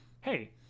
hey